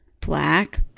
black